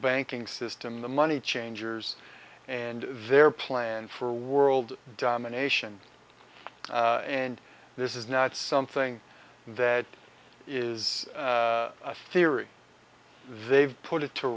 banking system the money changers and their plan for world domination and this is not something that is a theory they've put it to